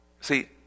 See